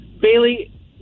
Bailey